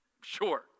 Sure